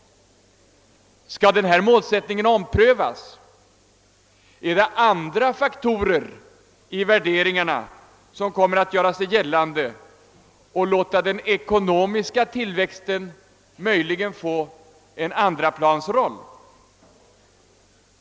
Skall den målsättningen omprövas? Är det andra faktorer i värderingarna som kommer att göra sig gällande och låta den ekonomiska tillväxten möjligen få en andraplansroll?